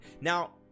Now